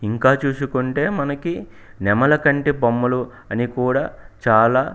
ఇంకా చూసుకుంటే మనకి నెమలకంటి బొమ్మలు అని కూడా చాలా